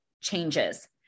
changes